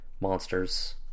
monsters